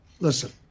listen